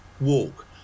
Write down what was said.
walk